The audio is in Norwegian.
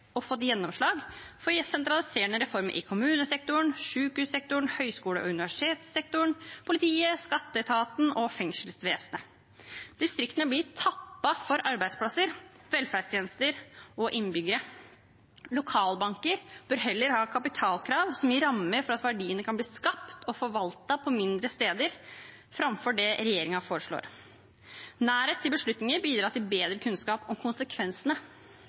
og fått gjennomslag for sentraliserende reformer i kommunesektoren, sykehussektoren, høyskole- og universitetssektoren, politiet, skatteetaten og fengselsvesenet. Distriktene blir tappet for arbeidsplasser, velferdstjenester og innbyggere. Lokalbanker bør heller ha kapitalkrav som gir rammer for at verdiene kan bli skapt og forvaltet på mindre steder, framfor det regjeringen foreslår. Nærhet til beslutninger bidrar til bedre kunnskap om konsekvensene.